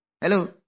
Hello